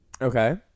Okay